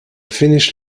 finnish